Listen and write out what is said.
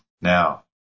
Now